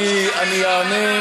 שתי מדינות.